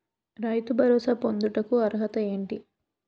రైతు భరోసా పొందుటకు అర్హత ఏంటి?